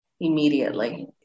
immediately